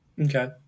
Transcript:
Okay